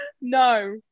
no